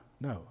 No